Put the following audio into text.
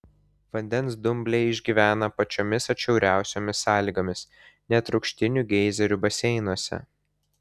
vandens dumbliai išgyvena pačiomis atšiauriausiomis sąlygomis net rūgštinių geizerių baseinuose